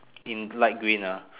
in light green ah